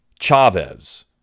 Chavez